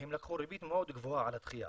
והם לקחו ריבית מאוד גבוהה על הגבייה